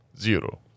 Zero